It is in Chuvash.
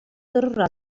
тӑрура